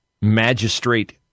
magistrate